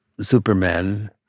Superman